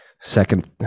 second